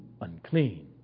unclean